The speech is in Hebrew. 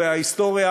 וההיסטוריה,